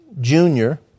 junior